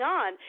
on